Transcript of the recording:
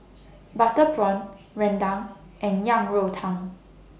Butter Prawn Rendang and Yang Rou Tang